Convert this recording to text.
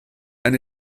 and